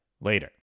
Later